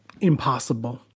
impossible